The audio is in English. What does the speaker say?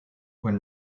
when